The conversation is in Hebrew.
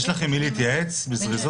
יש לכן עם מי להתייעץ בזריזות?